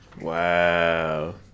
Wow